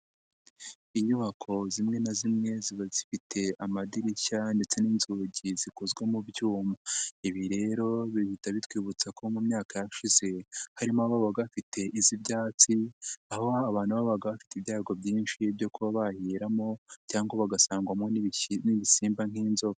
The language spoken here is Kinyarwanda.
Inyubako zimwe na zimwe ziba zifite amadirishya ndetse n'inzugi zikozwe mu byuma, ibi rero bihita bitwibutsa ko mu myaka yashize harimo ababaga bafite iz'ibyatsi, aho abantu babaga bafite ibyago byinshi byo kuba bahiramo cyangwa bagasangwamo n'ibisimba nk'inzoka.